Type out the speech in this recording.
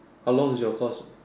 how long is your course